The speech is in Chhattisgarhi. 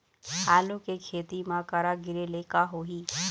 आलू के खेती म करा गिरेले का होही?